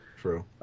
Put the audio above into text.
True